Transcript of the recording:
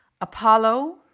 Apollo